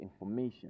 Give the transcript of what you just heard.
information